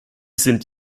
sind